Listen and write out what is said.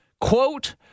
Quote